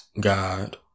God